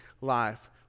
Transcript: life